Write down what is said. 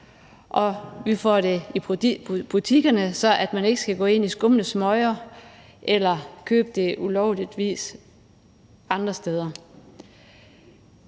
kan få det i butikkerne, så man ikke skal gå ind i skumle smøger eller købe det på ulovlig vis andre steder.